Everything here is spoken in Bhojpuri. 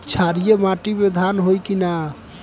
क्षारिय माटी में धान होई की न?